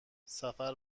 سفر